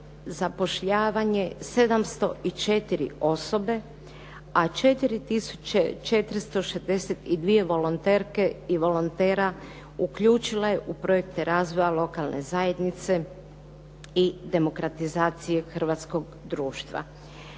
zapošljavanje 704 osobe, a 4462 volonterke i volontera uključila je u projekte razvoja lokalne zajednice i demokratizacije hrvatskog društva.